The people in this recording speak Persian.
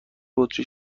بطری